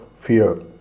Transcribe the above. fear